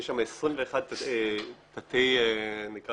יש שם 21 תתי סעיפים,